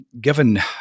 given